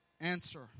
answer